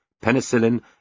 penicillin